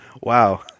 Wow